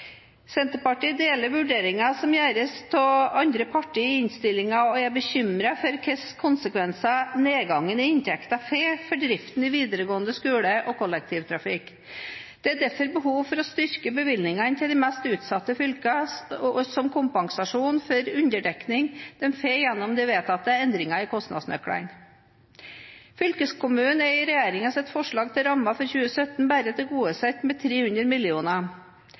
Senterpartiet deler vurderingen som gjøres av andre partier i innstillingen, og er bekymret for hvilke konsekvenser nedgangen i inntektene får for driften i videregående skole og kollektivtrafikk. Dermed blir det behov for å styrke bevilgningene til de mest utsatte fylkene som kompensasjon for underdekningen de får gjennom de vedtatte endringene i kostnadsnøklene. Fylkeskommunene er i regjeringens forslag til rammer for 2017 bare tilgodesett med 300